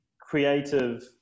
creative